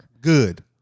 Good